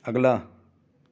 अगला